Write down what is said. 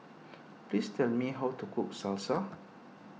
please tell me how to cook Salsa